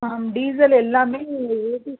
ma'am diesel எல்லாமே ஏறி